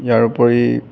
ইয়াৰোপৰি